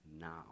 now